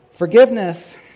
Forgiveness